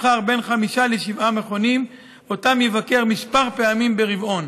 יבחר בין חמישה לשבעה מכונים ויבקר אותם כמה פעמים ברבעון.